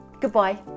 goodbye